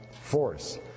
force